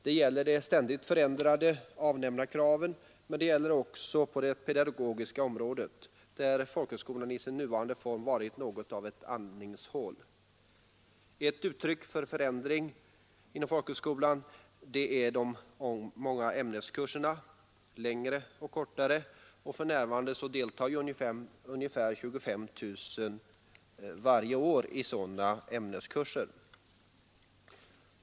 Det gäller de ständigt förändrade avnämarkraven, men det gäller också på det pedagogiska området, där folkhögskolan i sin nuvarande form varit något av ett andningshål. Ett annat uttryck för förändring inom folkhögskolan är de många ämneskurserna, längre och kortare, och för närvarande deltar cirka 25 000 elever varje år i sådana ämneskurser.